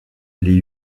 les